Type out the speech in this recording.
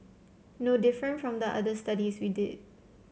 no different from the other studies we did